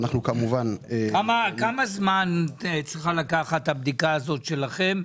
ואנחנו כמובן -- כמה זמן צריכה לקחת הבדיקה הזאת שלכם,